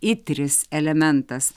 itris elementas